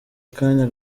akanya